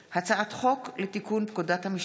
הצעת חוק רשות שדות התעופה (מלוות ואגרות